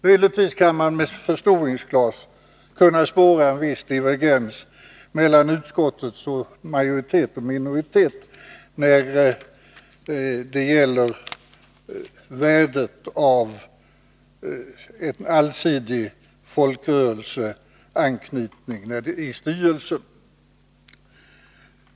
Möjligtvis skulle man med förstoringsglas kunna spåra en viss divergens mellan majoriteten och minoriteten i utskottet när det gäller värdet av en allsidig folkrörelseanknytning i styrelsen.